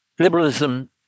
Liberalism